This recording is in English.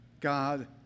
God